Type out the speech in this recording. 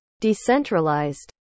Decentralized